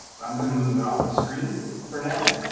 but i'm gonna move it off the screen for now,